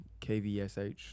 KVSH